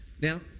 Now